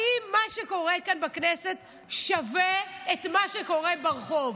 האם מה שקורה כאן בכנסת שווה את מה שקורה ברחוב,